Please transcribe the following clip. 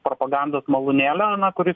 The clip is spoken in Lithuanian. propagandos malūnėlio kuris